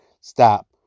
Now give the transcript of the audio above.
Stop